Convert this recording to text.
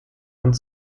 und